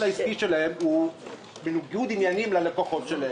העסקי שלהם הוא בניגוד עניינים ללקוחות שלהם,